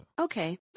Okay